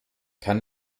kann